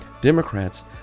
Democrats